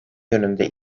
yönünde